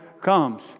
comes